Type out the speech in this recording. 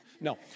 No